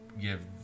give